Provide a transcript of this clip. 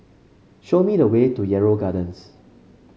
show me the way to Yarrow Gardens